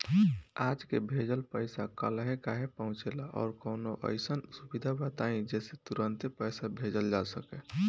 आज के भेजल पैसा कालहे काहे पहुचेला और कौनों अइसन सुविधा बताई जेसे तुरंते पैसा भेजल जा सके?